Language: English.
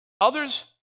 Others